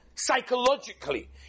psychologically